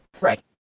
Right